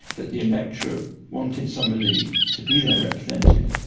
that the electorate wanted somebody to be their representative,